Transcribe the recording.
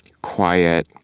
quiet,